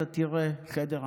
אתה תראה חדר הנצחה.